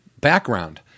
background